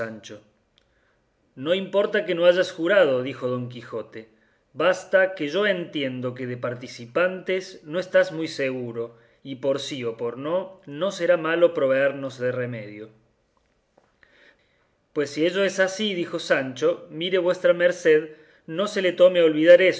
no importa que no hayas jurado dijo don quijote basta que yo entiendo que de participantes no estás muy seguro y por sí o por no no será malo proveernos de remedio pues si ello es así dijo sancho mire vuestra merced no se le torne a olvidar